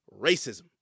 racism